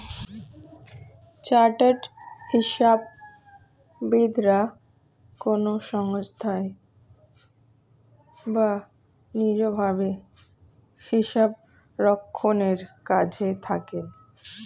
chartered হিসাববিদরা কোনো সংস্থায় বা নিজ ভাবে হিসাবরক্ষণের কাজে থাকেন